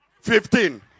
fifteen